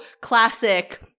classic